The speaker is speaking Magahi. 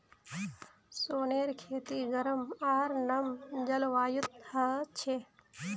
सोनेर खेती गरम आर नम जलवायुत ह छे